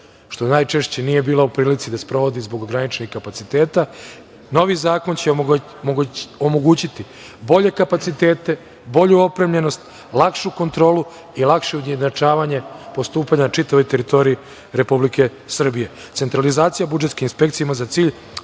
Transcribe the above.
što najčešće nije bila u prilici da sprovodi zbog ograničenih kapaciteta, novi zakon će omogućiti bolje kapacitete, bolju opremljenost, lakšu kontrolu i lakše ujednačavanje postupanja na čitavoj teritoriji Republike Srbije. Centralizacija budžetske inspekcije ima za cilj